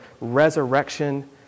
resurrection